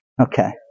Okay